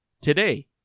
today